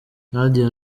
nadia